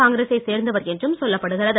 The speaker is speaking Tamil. காங்கிரசை சேர்ந்தவர் என்றும் சொல்லப்படுகிறது